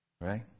Right